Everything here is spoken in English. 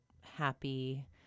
happy